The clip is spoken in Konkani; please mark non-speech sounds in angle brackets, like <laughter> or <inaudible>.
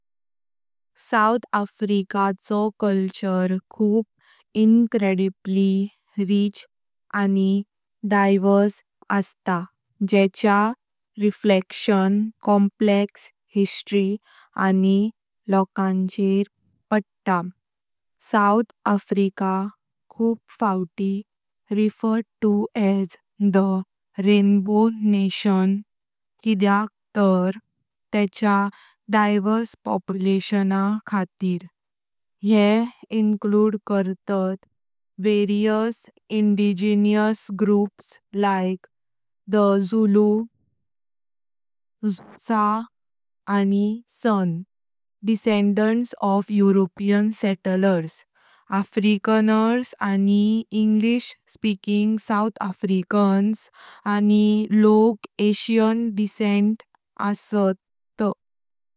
साउथ अफ्रिकन जो कल्चर खूप इनकरेडिबली रिच आणि डाइवर्स अस, जेचां रिफ्लेक्शन कॉम्प्लेक्स हिस्ट्री आणि लोकांचर पडता। साउथ अफ्रिका खूप फाउटी referred to as the "rainbow nation" किद्याक तार तेच्या डाइवर्स पॉप्युलेशन खातिर। ये कर्तात इंडिजिनस (लाईक द झुलु, <hesitation> खोसा, आनी सान), ऑफ यूरोपियन (अफ्रीकानर्स आणि इंग्लिश-स्पीकिंग साउथ अफ्रिकन्स), आनी लोक एशियन असात।